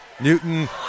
Newton